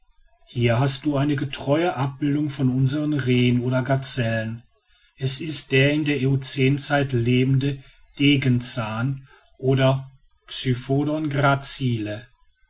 hier hast du eine getreue abbildung von unseren rehen oder gazellen es ist der in der eocänzeit lebende degenzahn oder